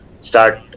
start